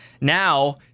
now